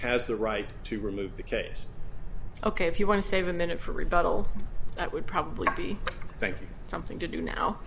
has the right to remove the case ok if you want to save a minute for rebuttal that would probably be thank you something to do now